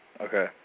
Okay